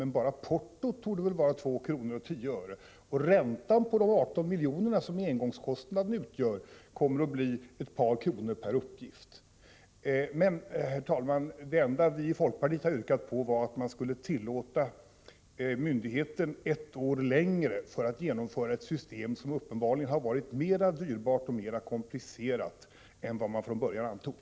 Men enbart portot torde vara 2:10 kr., och räntekostnaden för de 18 miljoner som engångsutgiften uppgår till kommer att bli ett par kronor per uppgift. Herr talman! Det enda som vi i folkpartiet har framhållit är dock att man borde medge myndigheten ett år längre övergångstid för genomförandet av ett system som uppenbarligen är mera dyrbart och mera komplicerat än vad man från början antog.